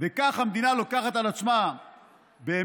וככה המדינה לוקחת על עצמה באמת